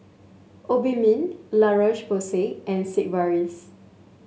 Obimin La Roche Porsay and Sigvaris